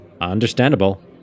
Understandable